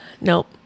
Nope